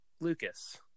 Lucas